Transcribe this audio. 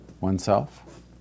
oneself